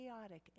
chaotic